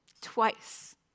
Twice